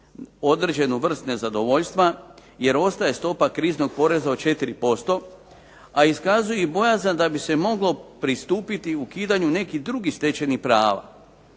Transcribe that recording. određenu vrst nezadovoljstva, jer ostaje stopa kriznog poreza od 4%, a iskazuju i bojazan da bi se moglo pristupiti nekih drugih stečenih prava.